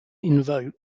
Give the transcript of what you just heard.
invoked